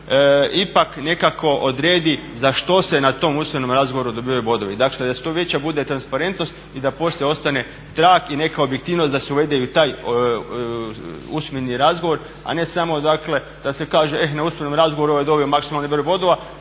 ipak nekako odredi za što se na tom usmenom razgovoru dobivaju bodovi. Dakle, da što veća bude transparentnost i da poslije ostane trag i neka objektivnost da se uvede i u taj usmeni razgovor, a ne samo, dakle da se kaže e na usmenom razgovoru ovaj je dobio maksimalni broj bodova,